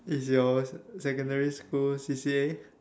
is your secondary school C_C_A